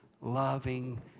loving